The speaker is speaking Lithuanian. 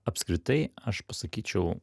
apskritai aš pasakyčiau